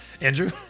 Andrew